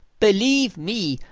believe me,